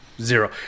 Zero